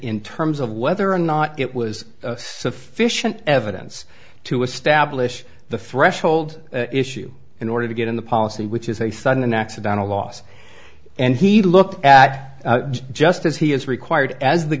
in terms of whether or not it was sufficient evidence to establish the threshold issue in order to get in the policy which is a sudden an accidental loss and he looked at just as he is required as the